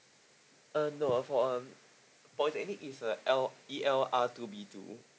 uh no for um polytechnic is a L E L R two B two